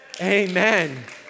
Amen